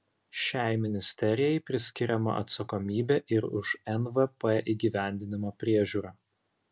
šiai ministerijai priskiriama atsakomybė ir už nvp įgyvendinimo priežiūrą